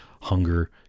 Hunger